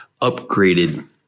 upgraded